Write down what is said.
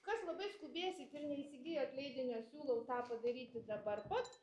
kas labai skubėsit ir neįsigijot leidinio siūlau tą padaryti dabar pat